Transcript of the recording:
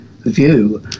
view